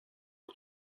que